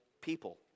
people